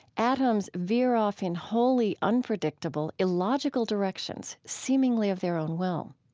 atoms veer off in wholly unpredictable, illogical directions, seemingly of their own will.